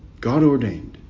God-ordained